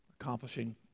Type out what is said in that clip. accomplishing